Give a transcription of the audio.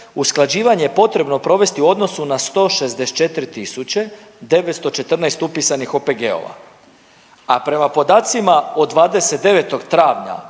usklađivanje je potrebno provesti u odnosu na 164914 upisanih OPG-ova, a prema podacima od 29. travnja